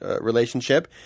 relationship